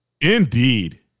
Indeed